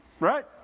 Right